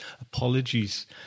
Apologies